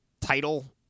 title